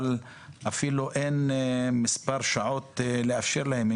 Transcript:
אבל אפילו אין מספר שעות לאפשר להם.